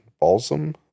Balsam